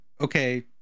okay